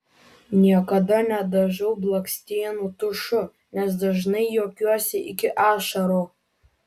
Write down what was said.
niekada nedažau blakstienų tušu nes dažnai juokiuosi iki ašarų